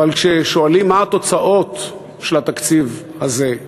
אבל כששואלים מה התוצאות של התקציב הזה,